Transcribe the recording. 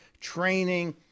training